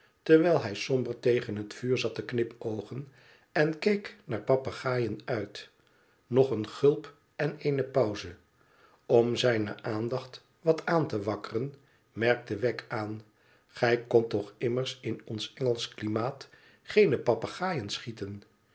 terwijl hij somber tegen het vuur zat te knipoogen en keek naar papegaaien uit nog een gulp en eene pauze om zijne aandacht wat aan te wakkeren merkte wegg aan gij kondt toch immers in ons engelsch klimaat geene papegaaien schieten